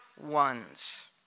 ones